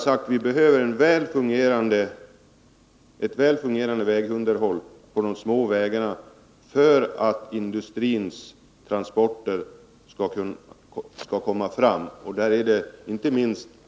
Vägverket har en tillförlitlig och kunnig personal, men den behöver medel till sitt förfogande för att kunna göra en fullgod insats.